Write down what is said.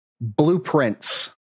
blueprints